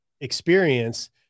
experience